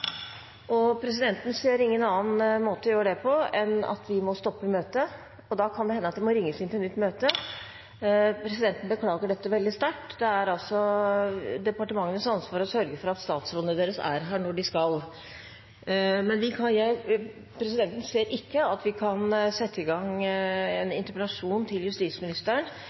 Presidenten ser ingen annen måte å gjøre det på enn at vi må stoppe møtet, og da kan det hende at det må ringes inn på nytt. Presidenten beklager dette veldig sterkt. Det er departementenes ansvar å sørge for at statsrådene deres er her når de skal. Presidenten ser ikke at vi kan sette i gang en interpellasjon til justisministeren,